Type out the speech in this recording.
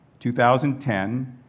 2010